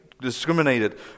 discriminated